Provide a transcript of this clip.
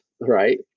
right